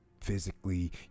physically